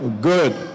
Good